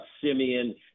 Simeon –